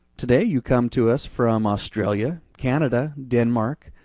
today you come to us from australia, canada, denmark,